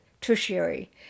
tertiary